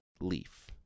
leaf